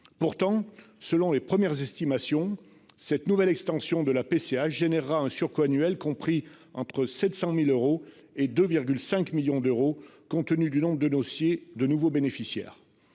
département, selon les premières estimations, cette nouvelle extension de la PCH entraînera un surcoût annuel compris entre 700 000 et 2,5 millions d'euros, compte tenu du nombre de dossiers de nouveaux bénéficiaires.